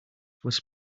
was